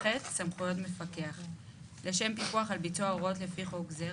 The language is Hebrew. סמכויות מפקח 2כח. לשם פיקוח על ביצוע הוראות לפי חוק זה,